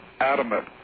adamant